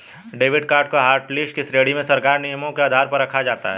debit card को hotlist की श्रेणी में सरकारी नियमों के आधार पर रखा जाता है